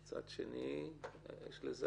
ומצד שני יכולות להיות לזה